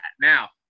Now